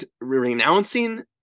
renouncing